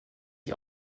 ich